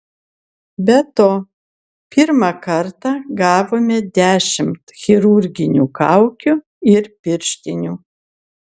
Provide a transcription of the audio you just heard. be to pirmą kartą gavome dešimt chirurginių kaukių ir pirštinių